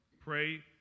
Pray